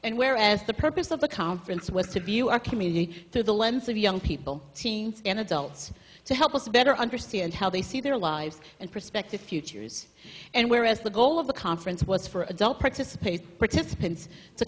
and where as the purpose of the conference was to view our community through the lens of young people teens and adults to help us to better understand how they see their lives and perspective futures and whereas the goal of the conference was for adult participates participants t